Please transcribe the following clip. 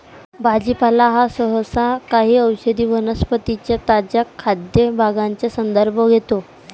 भाजीपाला हा सहसा काही औषधी वनस्पतीं च्या ताज्या खाद्य भागांचा संदर्भ घेतो